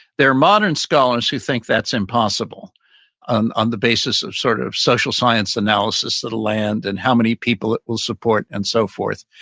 they're modern scholars who think that's impossible and on the basis of sort of social science analysis and land and how many people it will support and so forth.